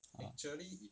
ah